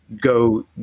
go